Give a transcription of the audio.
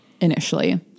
initially